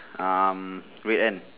um red and